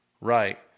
right